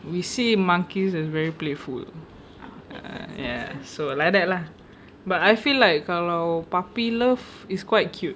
we see monkeys as very playful so like that lah but I feel like kalau puppy love is quite cute